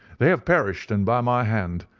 they have perished, and by my hand.